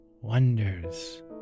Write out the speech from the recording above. wonders